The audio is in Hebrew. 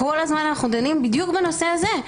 כל הזמן אנחנו דנים בדיוק בנושא הזה.